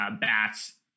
bats